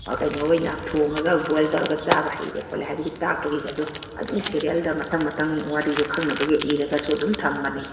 ꯀꯩꯅꯣ ꯑꯣꯏꯅ ꯊꯣꯡꯉꯒ ꯕꯣꯏꯜ ꯇꯧꯔꯒ ꯆꯥꯕ ꯍꯩꯔꯦ ꯈꯣꯠꯂꯦ ꯍꯥꯏꯕꯒꯤ ꯇꯥꯛꯄꯒꯤꯒꯁꯨ ꯑꯗꯨꯝ ꯁꯤꯔꯤꯌꯦꯜꯗ ꯃꯊꯪ ꯃꯊꯪ ꯋꯥꯔꯤꯗꯣ ꯈꯪꯅꯕꯒꯤ ꯏꯔꯒꯁꯨ ꯑꯗꯨꯝ ꯊꯝꯕꯅꯤ